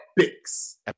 Epics